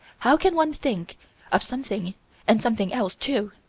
how can one think of something and something else, too?